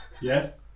yes